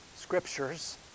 scriptures